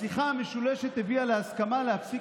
השיחה המשולשת הביאה להסכמה להפסיק